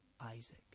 Isaac